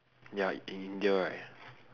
ya in india right